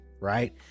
right